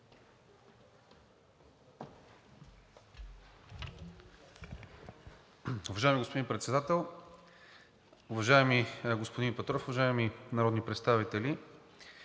Уважаеми господин Председател, уважаеми господин Петров, уважаеми народни представители!